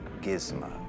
gizmo